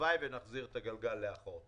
והלוואי ונחזיר את הגלגל לאחור.